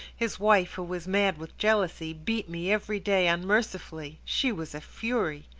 his wife, who was mad with jealousy, beat me every day unmercifully she was a fury.